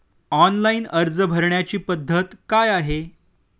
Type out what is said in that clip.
Online अर्ज भरण्याची पद्धत काय आहे?